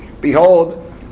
behold